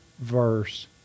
verse